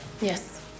Yes